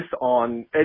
on